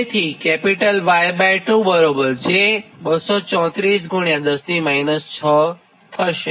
તેથી Y2j 23410 6 થશે